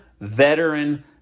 veteran